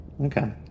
Okay